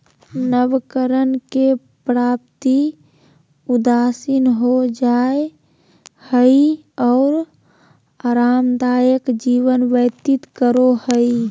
नवकरण के प्रति उदासीन हो जाय हइ और आरामदायक जीवन व्यतीत करो हइ